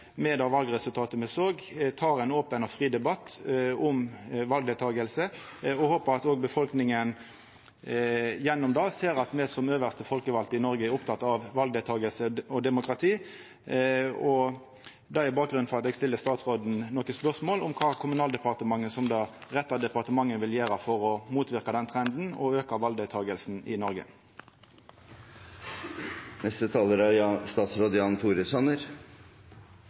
med det valresultatet me såg, tek ein open og fri debatt om valdeltaking, og eg håpar at òg befolkninga gjennom det ser at me som dei øvste folkevalde i Noreg er opptekne av valdeltaking og demokrati. Det er bakgrunnen for at eg stiller statsråden nokre spørsmål om kva Kommunaldepartementet, som det rette departementet, vil gjera for å motverka den trenden og auka valdeltakinga i